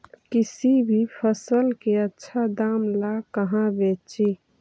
किसी भी फसल के आछा दाम ला कहा बेची?